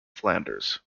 flanders